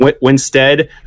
Winstead